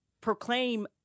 proclaim